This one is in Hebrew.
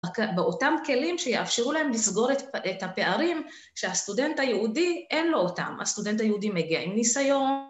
באותם כלים שיאפשרו להם לסגור את הפערים שהסטודנט היהודי אין לו אותם, הסטודנט היהודי מגיע עם ניסיון.